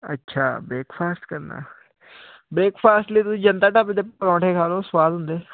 ਅੱਛਾ ਬਰੇਕਫਾਸਟ ਕਰਨਾ ਬਰੇਕਫਾਸਟ ਲਈ ਤੁਸੀਂ ਜਨਤਾ ਦੇ ਪਰੌਂਠੇ ਖਾ ਲੋ ਸਵਾਦ ਹੁੰਦੇ